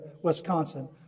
Wisconsin